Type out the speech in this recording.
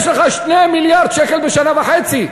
יש לך 2 מיליארד שקל בשנה וחצי.